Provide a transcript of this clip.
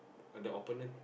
the opponent